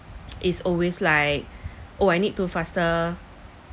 is always like oh I need to faster